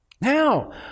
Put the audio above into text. now